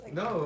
no